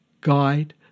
guide